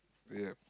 yup